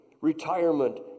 retirement